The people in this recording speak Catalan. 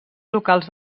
locals